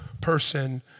person